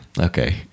Okay